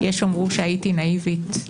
ויש שיאמרו שהייתי נאיבית,